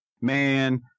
Man